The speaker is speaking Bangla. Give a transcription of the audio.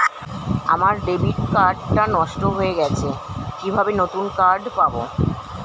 আমার ডেবিট কার্ড টা নষ্ট হয়ে গেছে কিভাবে নতুন কার্ড পাব?